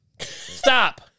Stop